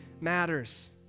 matters